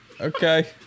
Okay